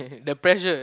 the pressure